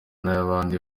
nk’abandi